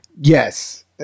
yes